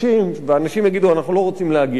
ואנשים יגידו: אנחנו לא רוצים להגיע לשם.